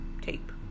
tape